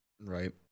Right